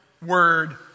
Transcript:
Word